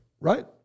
Right